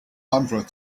hundred